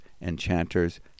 enchanters